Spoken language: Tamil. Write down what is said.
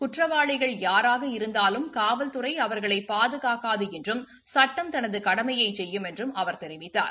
குற்றவாளிகள் யாராக இருந்தாலும் காவல்துறை அவர்களை பாதுகாக்காது என்றும் சட்டம் தனது கடமையை செய்யும் என்றும் அவர் தெரிவித்தார்